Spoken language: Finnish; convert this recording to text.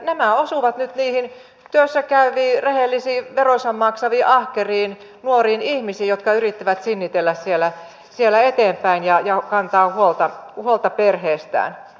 nämä osuvat nyt niihin työssä käyviin rehellisiin veronsa maksaviin ahkeriin nuoriin ihmisiin jotka yrittävät sinnitellä eteenpäin ja kantavat huolta perheestään